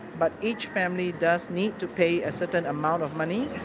but each family does need to pay a certain amount of money.